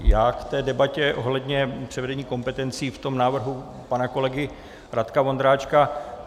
Já k té debatě ohledně převedení kompetencí v tom návrhu pana kolegy Radka Vondráčka.